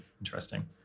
interesting